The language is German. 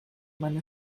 meine